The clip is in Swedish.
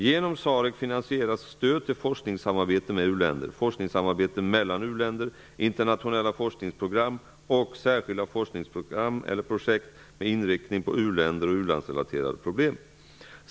Genom SAREC finansieras stöd till forskningssamarbete med u-länder, forskningssamarbete mellan u-länder, internationella forskningsprogram och särskilda forskningsprogram eller forskningsprojekt med inriktning på u-länder och u-landsrelaterade problem.